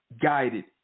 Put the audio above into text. guided